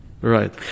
Right